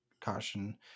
caution